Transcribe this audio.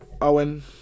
Owen